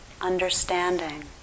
understanding